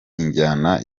injyana